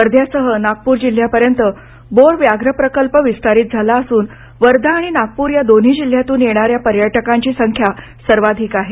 वध्यासह नागपूर जिल्ह्यापर्यंत बोर व्याघ्र प्रकल्प विस्तारीत झाले असून वर्धा आणि नागपूर या दोन्ही जिल्ह्यातून येणाण्या पर्यटकांची संख्या सर्वाधिक आहे